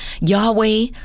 Yahweh